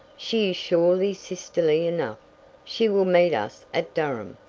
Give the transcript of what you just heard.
she is surely sisterly enough she will meet us at durham.